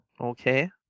Okay